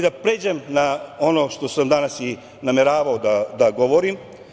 Da pređem na ono što sam danas i nameravao da govorim.